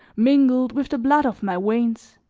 mingled with the blood of my veins